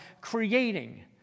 creating